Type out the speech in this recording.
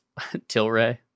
Tilray